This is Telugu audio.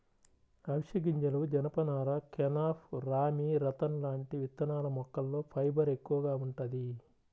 అవిశె గింజలు, జనపనార, కెనాఫ్, రామీ, రతన్ లాంటి విత్తనాల మొక్కల్లో ఫైబర్ ఎక్కువగా వుంటది